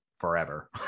forever